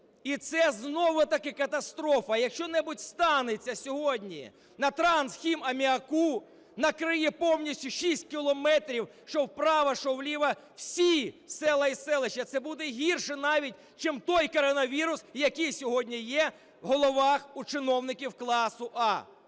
і це знову-таки катастрофа. Якщо що-небудь станеться сьогодні на "Трансхімаміаку", накриє повністю шість кілометрів, що вправо, що вліво всі села і селища. Це буде гірше навіть, чим той коронавірус, який сьогодні є в головах чиновників класу "А".